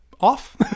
off